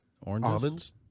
Oranges